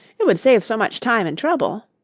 it would save so much time and trouble.